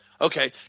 okay